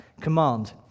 command